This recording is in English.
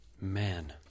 Man